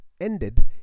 ended